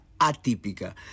atípica